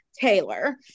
Taylor